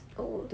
oh